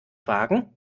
wagen